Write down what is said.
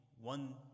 one